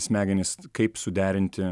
smegenis kaip suderinti